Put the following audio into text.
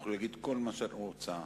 תוכלי להגיד כל מה שאת רוצה,